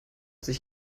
sich